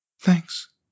Thanks